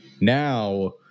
now